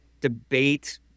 debate